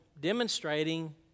demonstrating